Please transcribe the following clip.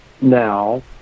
now